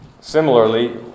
Similarly